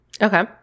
Okay